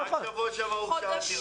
רק שבוע שעבר הוגשה העתירה.